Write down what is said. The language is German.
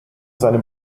seinem